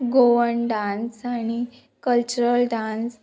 Goan dance आणी cultural dance